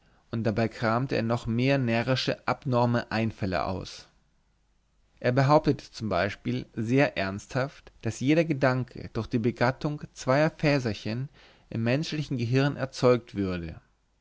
und dabei kramte er noch mehr närrische abnorme einfälle aus er behauptete z b sehr ernsthaft daß jeder gedanke durch die begattung zweier fäserchen im menschlichen gehirne erzeugt würde